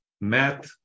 Matt